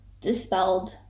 dispelled